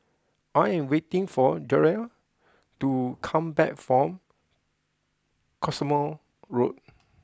I am waiting for Jerrell to come back from Cottesmore Road